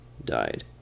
died